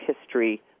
History